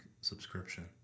subscription